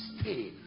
stay